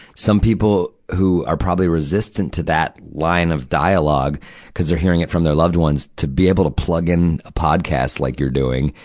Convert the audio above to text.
some people who are probably resistant to that line of dialogue cuz they're hearing it from their loved ones to be able to plug in a podcast like you're doing,